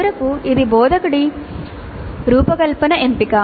చివరకు ఇది బోధకుడి రూపకల్పన ఎంపిక